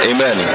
Amen